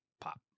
pop